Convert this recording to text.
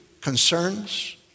concerns